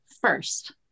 first